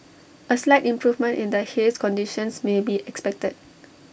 A slight improvement in the haze conditions may be expected